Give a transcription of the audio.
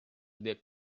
big